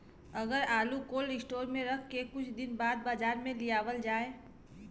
अगर आलू cold storage में रख के कुछ दिन बाद बाजार में लियावल जा?